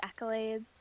accolades